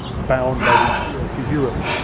bound by these two heroes.